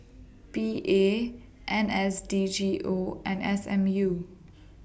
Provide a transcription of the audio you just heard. P A N S D G O and S M U